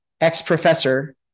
ex-professor